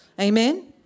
Amen